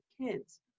kids